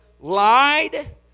lied